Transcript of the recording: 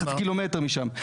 חצי קילומטר משם.